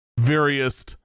Various